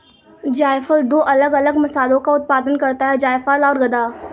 जायफल दो अलग अलग मसालों का उत्पादन करता है जायफल और गदा